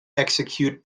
execute